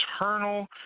eternal